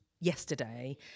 yesterday